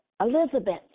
Elizabeth